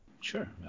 Sure